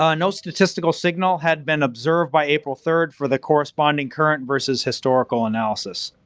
ah no statistical signal had been observed by april third for the corresponding current versus historical analysis.